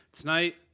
Tonight